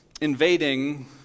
invading